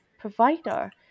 provider